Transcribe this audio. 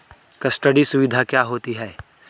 Custody सुविधा क्या होती है?